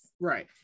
Right